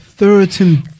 Thirteen